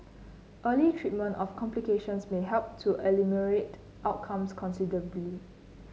early treatment of complications may help to ameliorate outcomes considerably